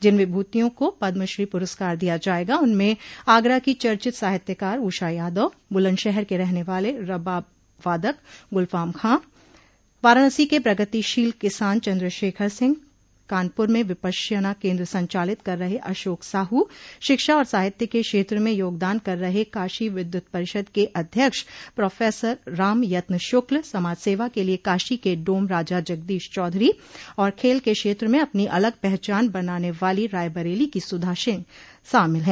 जिन विभूतियों को पद्मश्री पुरस्कार दिया जायेगा उनमें आगरा की चर्चित साहित्यकार ऊषा यादव बुलन्दशहर के रहने वाले रबाब वादक गुलफ़ाम ख़ां वाराणसी के प्रगतिशील किसान चन्द्रशेखर सिंह कानपुर में विपश्यना केन्द्र संचालित कर रहे अशोक साहू शिक्षा और साहित्य के क्षेत्र में योगदान कर रहे काशी विद्वत परिषद के अध्यक्ष प्रोफेसर रामयत्न शुक्ल समाजसेवा के लिए काशी के डोम राजा जगदीश चौधरी और खेल के क्षेत्र में अपनी अलग पहचान बनाने वाली रायबरेली की सुधा सिंह शामिल हैं